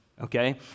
okay